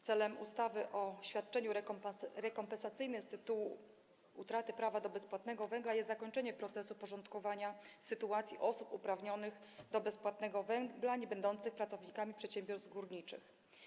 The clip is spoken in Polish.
Celem ustawy o świadczeniu rekompensacyjnym z tytułu utraty prawa do bezpłatnego węgla jest zakończenie procesu porządkowania sytuacji osób uprawnionych do bezpłatnego węgla, niebędących pracownikami przedsiębiorstw górniczych.